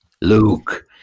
luke